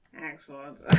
Excellent